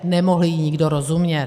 Nemohl jí nikdo rozumět.